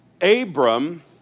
Abram